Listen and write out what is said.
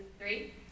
Three